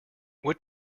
what